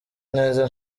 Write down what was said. neza